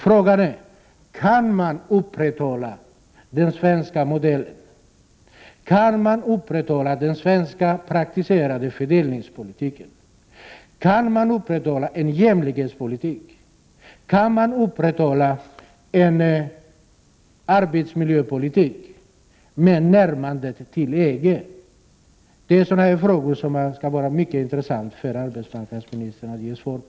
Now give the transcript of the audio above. Frågan är: Kan man upprätthålla den svenska modellen, kan man upprätthålla den i Sverige praktiserade fördelningspolitiken, kan man upprätthålla en jämlikhetspolitik och kan man upprätthålla en arbetsmiljö politik, trots ett närmande till EG? Det vore mycket intressant att få svar av arbetsmarknadsministern på dessa frågor.